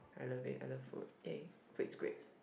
I love it I love food !yay! food is great